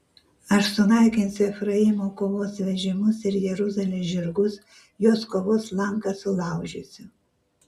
aš sunaikinsiu efraimo kovos vežimus ir jeruzalės žirgus jos kovos lanką sulaužysiu